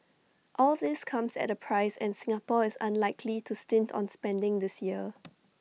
all this comes at A price and Singapore is unlikely to stint on spending this year